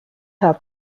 have